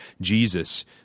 Jesus